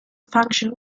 function